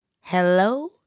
Hello